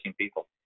people